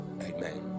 Amen